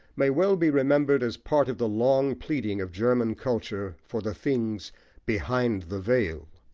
may well be remembered as part of the long pleading of german culture for the things behind the veil.